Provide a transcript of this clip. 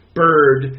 bird